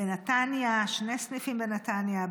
שני סניפים בנתניה,